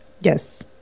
Yes